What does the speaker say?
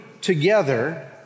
together